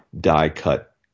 die-cut